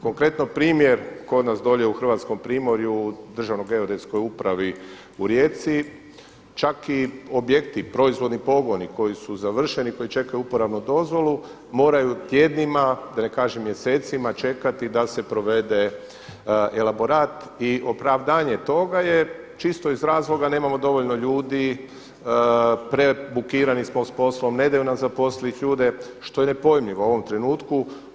Konkretno primjer dolje kod nas u Hrvatskom Primorju u Državnoj geodetskoj upravi u Rijeci čak i objekti proizvodni pogoni koji su završeni i koji čekaju uporabnu dozvolu moraju tjednima a da ne kažem mjesecima čekati da se provede elaborat i opravdanje toga je čisto iz razloga nemamo dovoljno ljudi prebukirani smo s poslom, ne daju nam zaposliti ljude što je nepojmljivo u ovom trenutku.